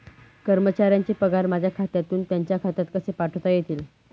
कर्मचाऱ्यांचे पगार माझ्या खात्यातून त्यांच्या खात्यात कसे पाठवता येतील?